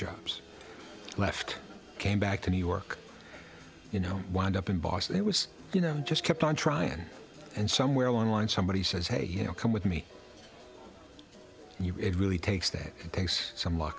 drums left came back to new york you know wind up in boston it was you know i just kept on trying and somewhere along the line somebody says hey you know come with me you it really takes that takes some